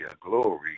Glory